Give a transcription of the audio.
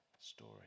story